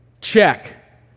check